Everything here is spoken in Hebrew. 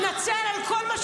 על מה?